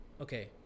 okay